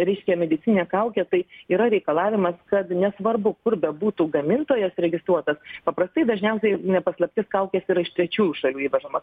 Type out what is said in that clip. reiškia medicininę kaukę tai yra reikalavimas kad nesvarbu kur bebūtų gamintojas registruotas paprastai dažniausiai ne paslaptis kaukės yra iš trečiųjų šalių įvežamos